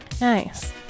Nice